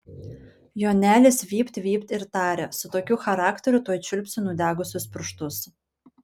jonelis vypt vypt ir tarė su tokiu charakteriu tuoj čiulpsi nudegusius pirštus